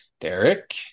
Derek